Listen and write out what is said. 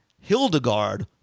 Hildegard